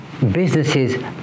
businesses